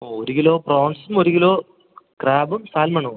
ഓഹ് ഒരു കിലോ പ്രോൺസും ഒരു കിലോ ക്രാബും സാൽമണോ